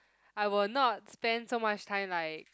I will not spend so much time like